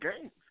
games